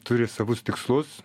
turi savus tikslus